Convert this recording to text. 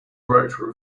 rector